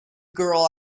girl